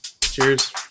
cheers